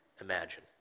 imagine